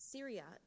Syria